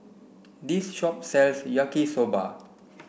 this shop sells Yaki Soba